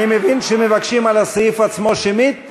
אני מבין שמבקשים על הסעיף עצמו שמית,